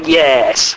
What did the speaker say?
yes